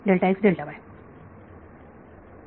विद्यार्थी Refer Time 1154